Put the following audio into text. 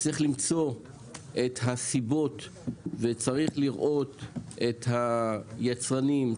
צריך למצוא את הסיבות וצריך לראות את היצרנים,